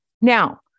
Now